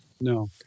No